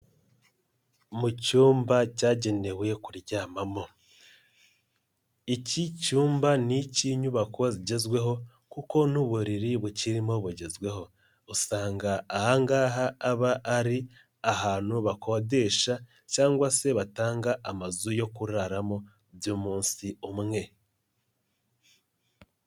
Mu cyumba cyagenewe kuryamamo iki cyumba ni icy'inyubako zigezweho kuko n'uburiri bukirimo bugezweho, usanga aha ngaha aba ari ahantu bakodesha cyangwa se batanga amazu yo kuraramo by'umunsi umwe.